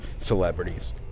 celebrities